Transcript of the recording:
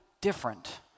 different